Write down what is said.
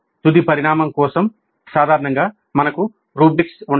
తుది పరిణామం కోసం సాధారణంగా మనకు రుబ్రిక్స్ ఉంటాయి